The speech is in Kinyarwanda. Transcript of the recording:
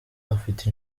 afite